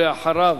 ואחריו,